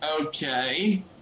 okay